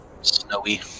Snowy